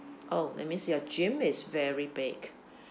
oh that means your gym is very big